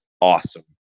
awesome